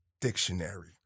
Dictionary